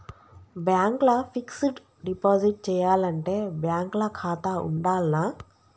Bank ల fixed deposit చేయాలంటే bank ల ఖాతా ఉండాల్నా?